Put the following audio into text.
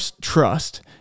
trust